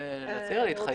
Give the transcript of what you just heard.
אם לא,